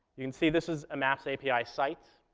you can see this is a maps api site,